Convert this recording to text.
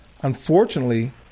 Unfortunately